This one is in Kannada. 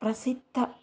ಪ್ರಸಿದ್ಧ